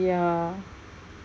ya